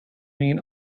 mean